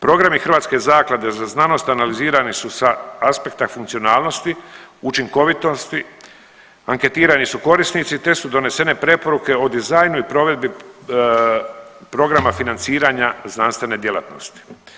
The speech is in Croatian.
Programi Hrvatske zaklade za znanost analizirani su sa aspekta funkcionalnosti, učinkovitosti, anketirani su korisnici, te su donesene preporuke o dizajnu i provedbi programa financiranja znanstvene djelatnosti.